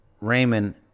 Raymond